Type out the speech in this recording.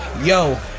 Yo